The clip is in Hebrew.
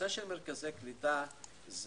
מרכזי קליטה.